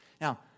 Now